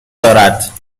دارد